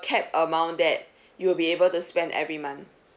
cap amount that you will be able to spend every month